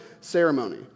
ceremony